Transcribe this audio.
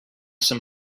some